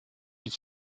die